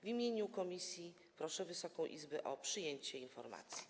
W imieniu komisji proszę Wysoką Izbę o przyjęcie informacji.